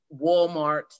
Walmart